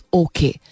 okay